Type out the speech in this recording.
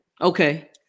Okay